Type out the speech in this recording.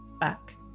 back